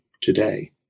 today